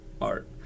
art